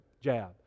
jab